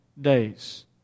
days